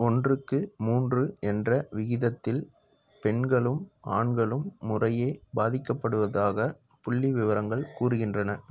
ஒன்றுக்கு மூன்று என்ற விகிதத்தில் பெண்களும் ஆண்களும் முறையே பாதிக்கப்படுவதாக புள்ளி விவரங்கள் கூறுகின்றன